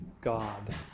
God